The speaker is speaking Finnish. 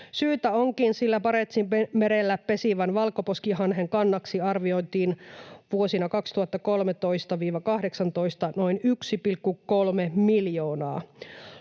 Syytä onkin, sillä Barentsinmerellä pesivän valkoposkihanhen kannaksi arvioitiin vuosina 2013—18 noin 1,3 miljoonaa.